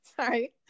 Sorry